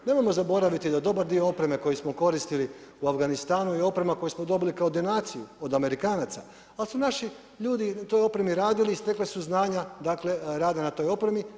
Nemojmo zaboraviti da dobar dio opreme koji smo koristili u Afganistanu je oprema koju smo dobili kao donaciju od Amerikanaca, ali su naši ljudi na toj opremi radili, stekli su znanja, dakle rade na toj opremi.